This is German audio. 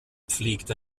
pflegt